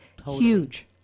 huge